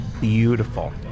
beautiful